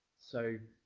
so